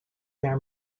their